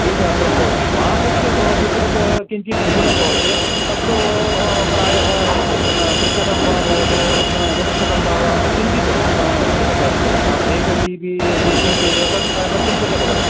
त्रिसहस्रं भवति मासस्य भवति चेत् किञ्चित् न्यूनं भवति तत्तू ऊ प्रायः त्रिशतं वा भवतु चतुश्शतं वा वा किञ्चित् आ एतत् आ एक जीबि द्विजीबि हा तथा कर्तुं शक्यते खलु